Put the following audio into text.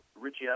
Richie